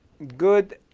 good